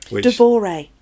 Devore